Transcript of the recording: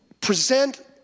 present